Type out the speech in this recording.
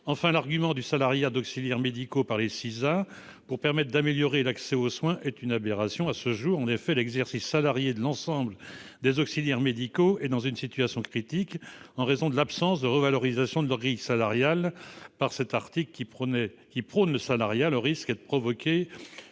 Enfin, l'argument selon lequel le salariat d'auxiliaires médicaux par les SISA permettrait d'améliorer l'accès aux soins est une aberration. À ce jour, l'exercice salarié de l'ensemble des auxiliaires médicaux est dans une situation critique en raison de l'absence de revalorisation de leurs grilles salariales. Cet article prônant le salariat risque donc de provoquer